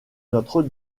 notre